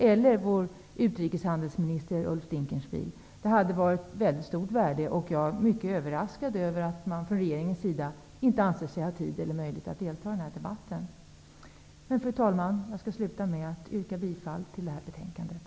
Det hade haft ett mycket stort värde. Jag är mycket överraskad över att regeringen inte anser sig ha tid eller möjlighet att delta i den här debatten. Fru talman! Jag skall sluta med att yrka bifall till hemställan i det här betänkandet.